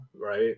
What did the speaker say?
right